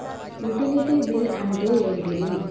Utility bill అంటే ఏంటిది?